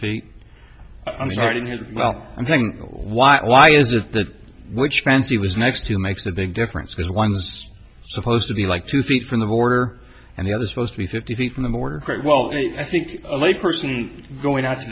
here well i'm saying why why is that which fancy was next to makes a big difference because one was supposed to be like two feet from the border and the other supposedly fifty feet from the border well i think a lay person going out to